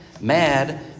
mad